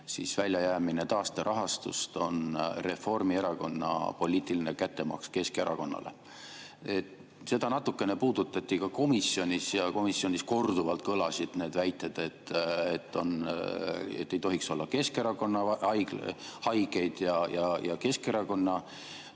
väljajäämine taasterahastust on Reformierakonna poliitiline kättemaks Keskerakonnale. Seda natukene puudutati ka komisjonis ja komisjonis korduvalt kõlasid väited, et ei tohiks olla Keskerakonna haigeid ega Keskerakonna